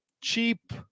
cheap